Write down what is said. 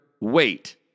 wait